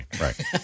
Right